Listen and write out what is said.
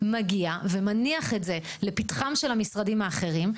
מגיעים ומניחים את זה לפתחם של המשרדים האחרים,